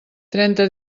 trenta